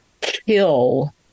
kill